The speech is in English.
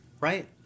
Right